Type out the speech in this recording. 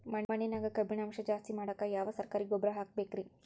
ಮಣ್ಣಿನ್ಯಾಗ ಕಬ್ಬಿಣಾಂಶ ಜಾಸ್ತಿ ಮಾಡಾಕ ಯಾವ ಸರಕಾರಿ ಗೊಬ್ಬರ ಹಾಕಬೇಕು ರಿ?